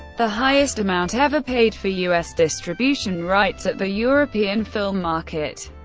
the highest amount ever paid for u s. distribution rights at the european film market.